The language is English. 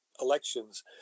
elections